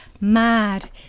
mad